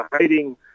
hiding